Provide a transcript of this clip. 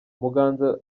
muganza